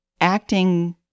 acting